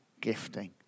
gifting